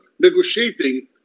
negotiating